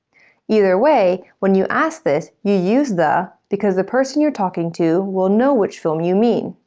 either way, when you ask this, you use the because the person you're talking to will know which film you mean.